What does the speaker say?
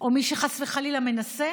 או את מי שחס וחלילה מנסה,